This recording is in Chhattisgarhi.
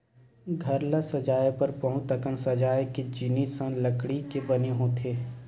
घर ल सजाए बर बहुत अकन सजाए के जिनिस ह लकड़ी के बने होथे